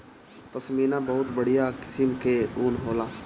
पश्मीना बहुत बढ़िया किसिम कअ ऊन होला